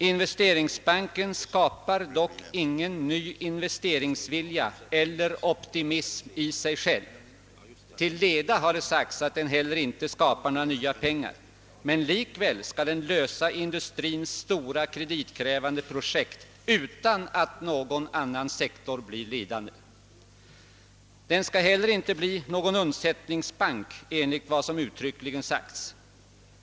Investeringsbanken skapar dockingen ny investeringsvilja eller optimism i sig själv. Till leda har det sagts att den heller inte skapar några nya pengar. Men likväl skall den lösa industrins stora, kreditkrävande projekt utan att någon annan sektor blir lidande. Den skall inte heller bli någon undsättningsbank enligt vad som uttryckligen sagts.